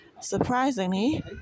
Surprisingly